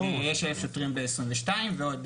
יש 1,000 שוטרים ב-2022 ועוד